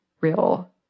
real